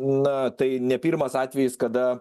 na tai ne pirmas atvejis kada